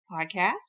Podcast